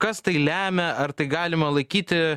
kas tai lemia ar tai galima laikyti